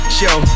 show